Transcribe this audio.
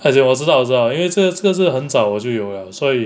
as in 我知道我知道因为这个这是是很早就有了所以